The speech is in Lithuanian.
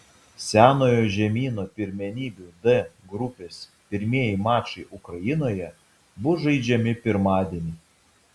senojo žemyno pirmenybių d grupės pirmieji mačai ukrainoje bus žaidžiami pirmadienį